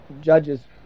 judge's